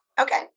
Okay